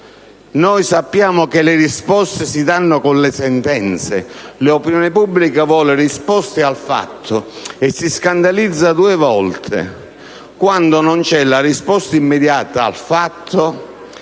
Noi sappiamo che le risposte si danno con le sentenze. L'opinione pubblica vuole risposte al fatto e si scandalizza due volte: quando non c'è la risposta immediata al fatto